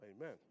Amen